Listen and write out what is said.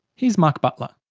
here's mark butler.